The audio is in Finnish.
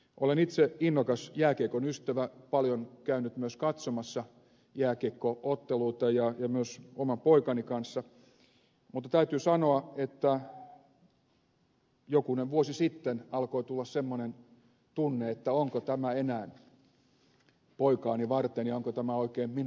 olen itse innokas jääkiekon ystävä paljon käynyt myös katsomassa jääkiekko otteluita myös oman poikani kanssa mutta täytyy sanoa että jokunen vuosi sitten alkoi tulla semmoinen tunne että onko tämä enää poikaani varten ja onko tämä oikein minuakaan varten